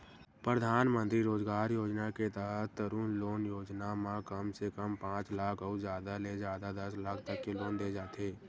परधानमंतरी रोजगार योजना के तहत तरून लोन योजना म कम से कम पांच लाख अउ जादा ले जादा दस लाख तक के लोन दे जाथे